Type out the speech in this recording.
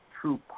true